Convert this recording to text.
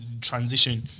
transition